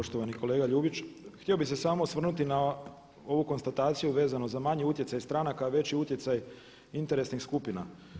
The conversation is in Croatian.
Poštovani kolega Ljubić, htio bih se samo osvrnuti na ovu konstataciju vezano za manji utjecaj stranaka a veći utjecaj interesnih skupina.